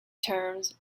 terms